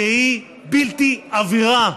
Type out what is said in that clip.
שהיא בלתי עבירה.